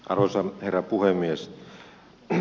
arvoisa herra puhemies